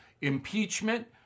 impeachment